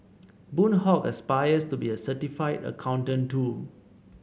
Boon Hock aspires to be a certified accountant too